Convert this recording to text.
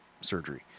surgery